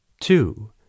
Two